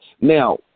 Now